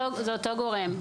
זה אותו גורם.